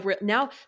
now